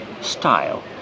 style